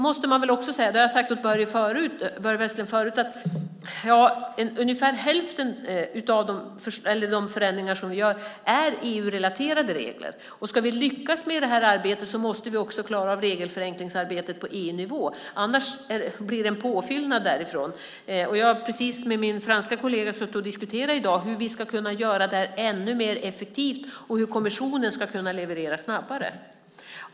Jag har sagt till Börje Vestlund förut att ungefär hälften av de förändringar som görs är EU-relaterade. Ska vi lyckas med det här arbetet måste vi klara regelförenklingsarbetet på EU-nivå, annars blir det en påfyllnad därifrån. Jag har diskuterat med min franska kollega i dag hur vi ska kunna göra det ännu mer effektivt och hur kommissionen ska kunna leverera snabbare.